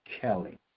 Kelly